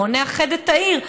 בוא נאחד את העיר,